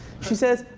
she says,